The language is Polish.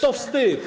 To wstyd.